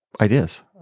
ideas